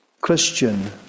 Christian